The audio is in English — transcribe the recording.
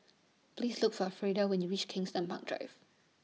Please Look For Freida when YOU REACH Kensington Park Drive